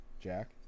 Jack